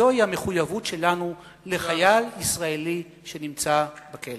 זאת המחויבות שלנו לחייל ישראלי שנמצא בכלא.